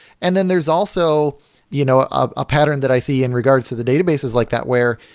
and then there's also you know ah ah a pattern that i see in regards to the databases like that where,